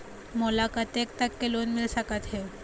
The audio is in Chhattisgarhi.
मोला कतेक तक के लोन मिल सकत हे?